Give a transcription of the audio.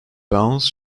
bounce